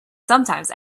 sometimes